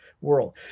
world